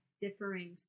differing